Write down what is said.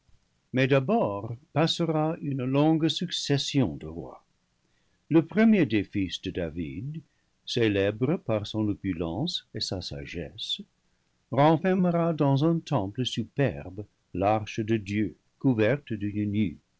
mais d'abord passera une longue succession de rois le pre mier des fils de david célèbre par son opulence et sa sagesse renfermera dans un temple superbe l'arche de dieu couverte d'une nue